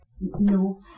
No